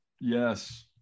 Yes